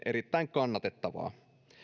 erittäin kannatettavaa